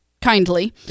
kindly